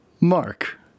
Mark